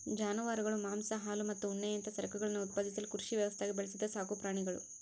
ಜಾನುವಾರುಗಳು ಮಾಂಸ ಹಾಲು ಮತ್ತು ಉಣ್ಣೆಯಂತಹ ಸರಕುಗಳನ್ನು ಉತ್ಪಾದಿಸಲು ಕೃಷಿ ವ್ಯವಸ್ಥ್ಯಾಗ ಬೆಳೆಸಿದ ಸಾಕುಪ್ರಾಣಿಗುಳು